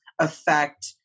affect